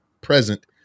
present